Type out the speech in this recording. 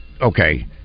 Okay